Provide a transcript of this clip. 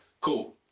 Cool